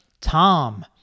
Tom